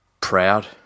Proud